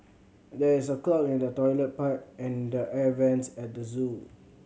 there is a clog in the toilet pipe and the air vents at the zoo